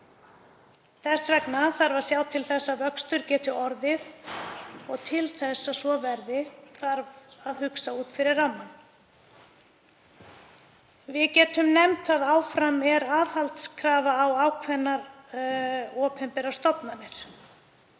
Þess vegna þarf að sjá til þess að vöxtur geti orðið og til þess að svo verði þarf að hugsa út fyrir rammann. Við getum nefnt að áfram er aðhaldskrafa á ákveðnar opinberar stofnanir.